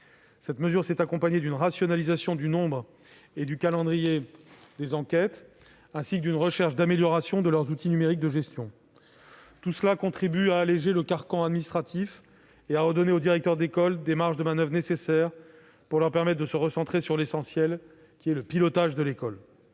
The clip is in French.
Cette mesure s'est accompagnée d'une rationalisation du nombre et du calendrier des enquêtes, ainsi que d'une recherche d'amélioration de leurs outils numériques de gestion. Tout cela contribue à alléger le carcan administratif et à redonner aux directeurs d'école les marges de manoeuvre nécessaires, pour leur permettre de se recentrer sur l'essentiel, à savoir le pilotage de leur école.